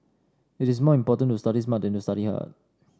it is more important to study smart than to study hard